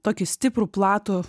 tokį stiprų platų